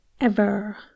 Ever